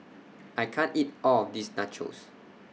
I can't eat All of This Nachos